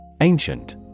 Ancient